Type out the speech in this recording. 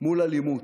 מול אלימות.